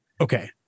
Okay